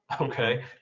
okay